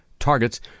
Targets